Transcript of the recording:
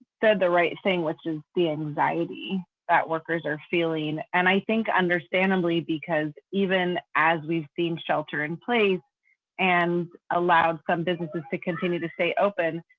said the right thing, which is the anxiety that workers are feeling. and i think understandably, because even as we've seen shelter-in-place and allowed some businesses to continue to say open,